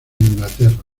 inglaterra